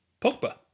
Pogba